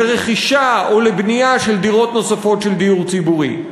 לרכישה או לבנייה של דירות נוספות של דיור ציבורי.